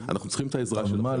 אנחנו צריכים את העזרה שלכם.